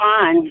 on